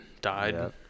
died